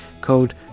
called